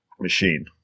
machine